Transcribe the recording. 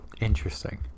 Interesting